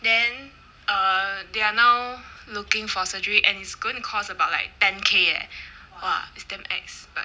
then err they are now looking for surgery and is going to cost about like ten K eh !wah! it's damn ex~ but